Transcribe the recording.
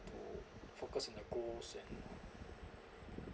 focus on the goals and